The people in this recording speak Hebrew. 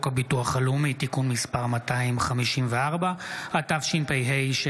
הביטוח הלאומי (תיקון מס' 254) התשפ"ה 2025,